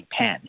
pen